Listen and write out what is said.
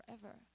forever